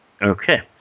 Okay